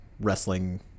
wrestling